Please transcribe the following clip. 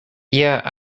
yeah